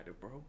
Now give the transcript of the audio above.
bro